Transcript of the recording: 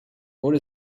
what